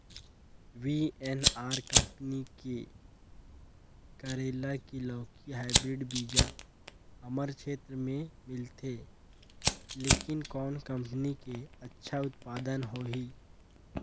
VNR company के करेला की लौकी हाईब्रिड बीजा हमर क्षेत्र मे मिलथे, लेकिन कौन कंपनी के अच्छा उत्पादन होही?